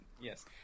yes